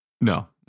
No